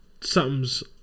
something's